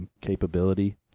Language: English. capability